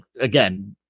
again